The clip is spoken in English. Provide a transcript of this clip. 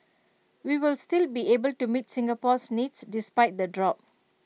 we will still be able to meet Singapore's needs despite the drop